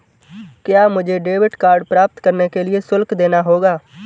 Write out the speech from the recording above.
क्या मुझे debit card प्राप्त करने के लिए शुल्क देना होगा?